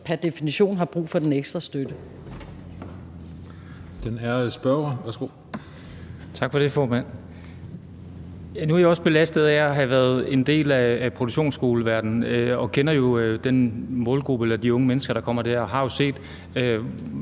er det spørgeren. Værsgo. Kl. 16:02 Stén Knuth (V): Tak for det, formand. Nu er jeg også belastet af at have været en del af produktionsskoleverdenen og kender jo den målgruppe eller de unge mennesker, der kommer der. Og jeg har jo set,